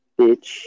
Bitch